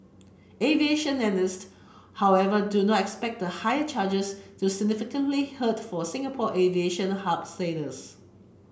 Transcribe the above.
aviation analyst however do not expect the higher charges to significantly hurt for Singapore aviation hub status